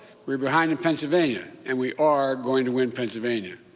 were behind in pennsylvania, and we are going to win pennsylvania.